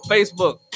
Facebook